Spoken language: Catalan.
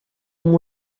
amb